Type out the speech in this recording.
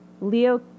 Leo